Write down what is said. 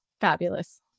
fabulous